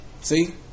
See